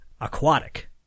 aquatic